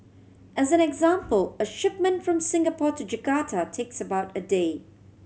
as an example a shipment from Singapore to Jakarta takes about a day